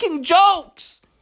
jokes